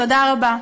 תודה רבה.